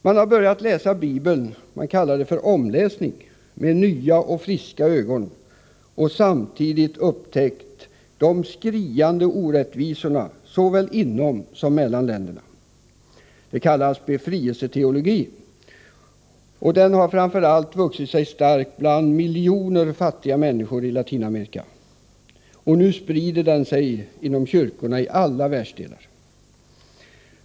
Man har börjat ”omläsa” Bibeln med nya och friska ögon och samtidigt upptäckt de skriande orättvisorna såväl inom som mellan länderna. Befrielseteologi kallas detta, och den har framför allt vuxit sig stark bland miljoner fattiga människor i Latinamerika. Och nu sprider den sig inom kyrkorna i alla världsdelar.